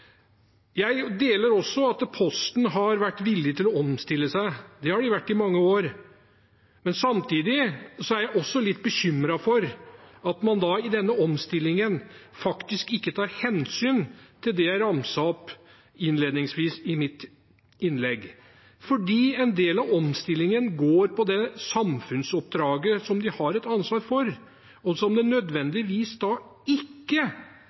Jeg deler også den oppfatning at Posten har vært villig til å omstille seg, det har de vært i mange år. Samtidig er jeg litt bekymret for at man i denne omstillingen faktisk ikke tar hensyn til det jeg ramset opp innledningsvis i mitt innlegg, fordi en del av omstillingen går på det samfunnsoppdraget som de har et ansvar for, og som man nødvendigvis ikke